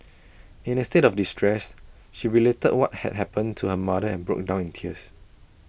in her state of distress she related what had happened to her mother and broke down in tears